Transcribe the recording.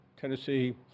Tennessee